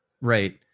right